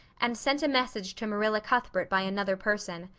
and sent a message to marilla cuthbert by another person.